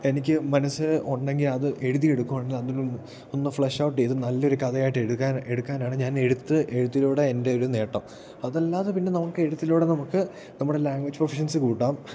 എനിക്ക് മനസ്സ് ഉണ്ടെങ്കിലത് എഴുതിയെടുക്കുകയാണെങ്കിൽ അതിൽ നിന്നും ഒന്ന് ഫ്ലഷ് ഔട്ട് ചെയ്ത് നല്ലൊരു കഥയായിട്ടെടുക്കാൻ എടുക്കാനാണ് ഞാനെഴുത്ത് എഴുത്തിലൂടെ എൻ്റെയൊരു നേട്ടം അതല്ലാതെ പിന്നെ നമുക്കെഴുത്തിലൂടെ നമുക്ക് നമ്മുടെ ലാംഗ്വേജ് പ്രൊഫിഷൻസി കൂട്ടാം